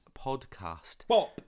podcast